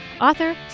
author